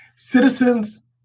Citizens